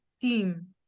theme